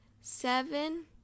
seven